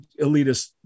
elitist